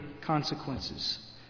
consequences